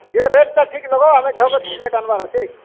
ଯେ ରେଟ୍ଟା ଠିକ୍ ଲାଗ୍ବ ଆମେ ସିମେଣ୍ଟ ଆନ୍ବାର୍ ଅଛେ